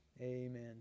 Amen